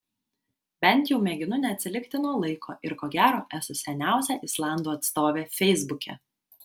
bent jau mėginu neatsilikti nuo laiko ir ko gero esu seniausia islandų atstovė feisbuke